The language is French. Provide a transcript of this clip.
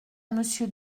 monsieur